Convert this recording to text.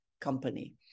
company